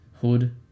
hood